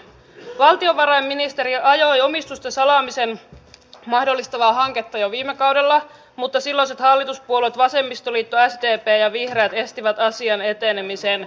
valtiovarainministeriö ajoi omistusten salaamisen mahdollistavaa hanketta jo viime kaudella mutta silloiset hallituspuolueet vasemmistoliitto sdp ja vihreät estivät asian etenemisen